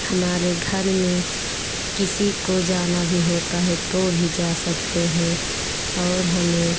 हमारे घर में किसी को जाना भी होता है तो वे भी जा सकते हैं और हमें